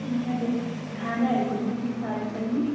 ए हजुर खानाहरूको सुविस्ताहरू पनि